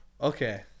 Okay